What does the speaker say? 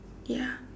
ya